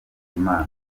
imana